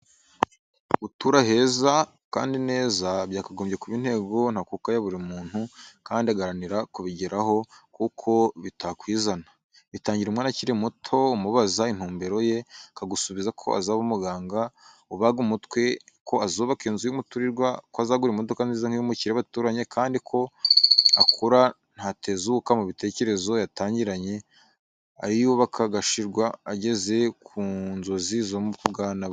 Gutura heza kandi neza byakagombye kuba intego ntakuka ya buri muntu, kandi agaharanira kubigeraho kuko bitakwizana. Bitangira umwana akiri muto, umubaza intumbero ye akagusubiza ko azaba umuganga ubaga umutwe, ko azubaka inzu y'umuturirwa, ko azagura imodoka nziza nk'iy'umukire baturanye, kandi uko akura ntatezuka ku bitekerezo yatangiranye, ariyubaka agashirwa ageze ku nzozi zo mu bwana bwe.